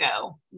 go